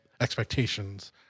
expectations